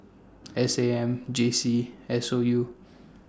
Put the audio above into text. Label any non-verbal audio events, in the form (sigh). S A M J C S O U (noise)